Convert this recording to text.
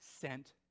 sent